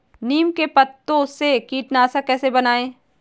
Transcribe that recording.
नीम के पत्तों से कीटनाशक कैसे बनाएँ?